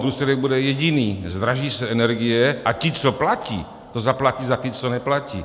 Důsledek bude jediný zdraží se energie a ti, co platí, to zaplatí za ty, co neplatí.